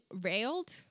railed